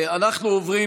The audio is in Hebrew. אנחנו עוברים,